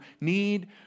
need